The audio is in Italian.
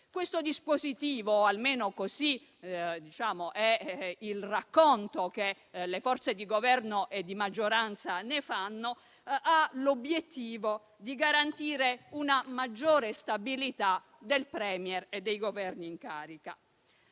Questo dispositivo, almeno così è il racconto che le forze di Governo e di maggioranza ne fanno, ha l'obiettivo di garantire una maggiore stabilità del *Premier* e dei Governi in carica.